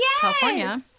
california